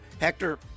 Hector